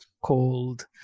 called